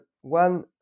one